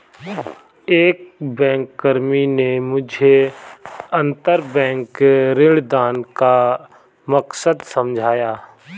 एक बैंककर्मी ने मुझे अंतरबैंक ऋणदान का मकसद समझाया